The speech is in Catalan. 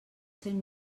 cent